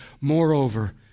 moreover